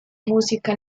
música